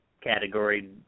category